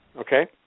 Okay